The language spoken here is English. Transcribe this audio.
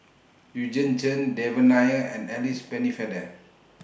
Eugene Chen Devan Nair and Alice Pennefather